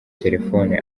telefoni